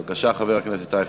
בבקשה, חבר הכנסת אייכלר.